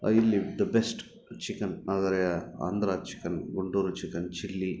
ಇಲ್ಲಿ the best chicken ಅಂದರೆ Andhra chicken Guntur chicken chilli